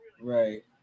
Right